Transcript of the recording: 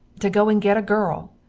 to go and get a girl,